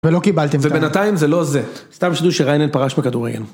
ולא קיבלתם את ה... -ובינתיים זה לא זה. סתם שתדעו שריינל פרש מכדורגל.